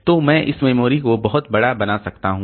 तो मैं इस मेमोरी को बहुत बड़ा बना सकता हूं